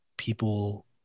People